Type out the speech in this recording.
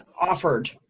offered